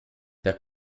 per